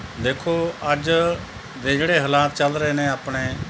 ਦੇਖੋ ਅੱਜ ਦੇ ਜਿਹੜੇ ਹਾਲਾਤ ਚੱਲ ਰਹੇ ਨੇ ਆਪਣੇ